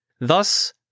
Thus